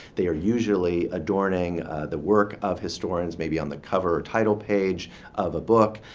they are usually adorning the work of historians, maybe on the cover or title page of a book.